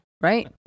right